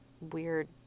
weird